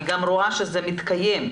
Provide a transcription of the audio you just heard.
אני גם רואה שזה מתקיים,